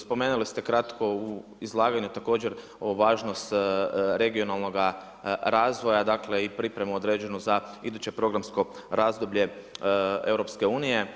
Spomenuli ste kratko u izlaganju također ovu važnost sa regionalnoga razvoja i dakle, i pripremu određenu za iduće programsko razdoblje EU.